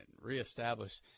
reestablish